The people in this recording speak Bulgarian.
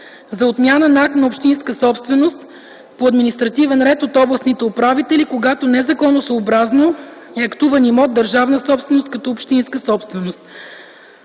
за отмяна на акт за общинска собственост по административен ред от областните управители, когато незаконосъобразно е актуван имот - държавна собственост, като общинска собственост.